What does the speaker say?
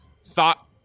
thought